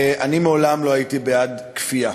אני מעולם לא הייתי בעד כפייה,